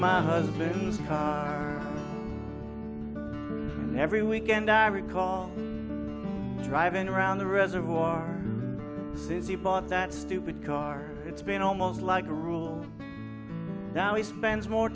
my husband's car every weekend i recall driving around the reservoir says he bought that stupid car it's been almost like a rule he spends more